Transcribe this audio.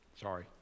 Sorry